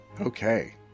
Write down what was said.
Okay